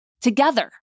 together